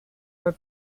were